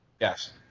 Yes